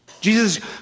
Jesus